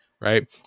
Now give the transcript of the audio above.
Right